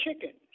chicken